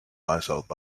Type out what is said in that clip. myself